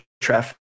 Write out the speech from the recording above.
traffic